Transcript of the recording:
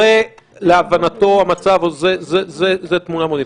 זה להבנתו המצב או שזאת תמונה מודיעינית.